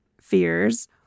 fears